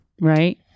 Right